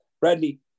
Bradley